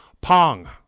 pong